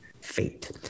fate